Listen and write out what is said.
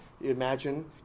imagine